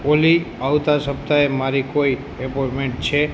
ઓલી આવતા સપ્તાહે મારી કોઈ અપોઈન્ટમેન્ટ છે